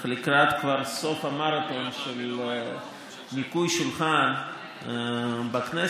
כבר לקראת סוף המרתון של ניקוי שולחן בכנסת,